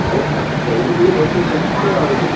ହଉ ତାକୁ କହିବୁ ଟିକିଏ ରେଟ୍ ଟିକିଏ କମିଛି ଆଉ